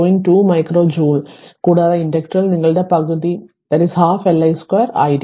2 micro ജൂളുകൾ കൂടാതെ ഇൻഡക്ടറിൽ നിങ്ങളുടെ പകുതി L i 2 ആയിരിക്കും